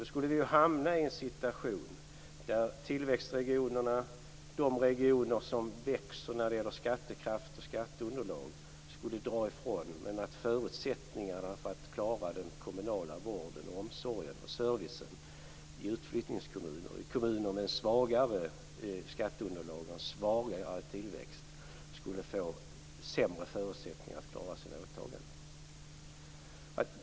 Då skulle vi hamna i en situation där tillväxtregionerna, de regionerna som växer när det gäller skattekraft och skatteunderlag, skulle dra ifrån men att förutsättningarna för att klara den kommunala vården, omsorgen och servicen i utflyttningskommunerna, kommuner med svagare skatteunderlag och tillväxt, skulle få sämre förutsättningar att klara sina åtaganden.